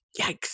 Yikes